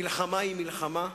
מלחמה היא מלחמה,